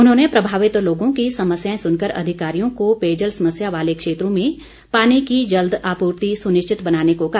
उन्होंने प्रभावित लोगों की समस्याएं सुनकर अधिकारियों को पेयजल समस्या वाले क्षेत्रों में पानी की जल्द आपूर्ति सुनिश्चित बनाने को कहा